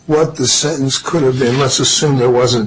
what the sentence could have been less assume there wasn't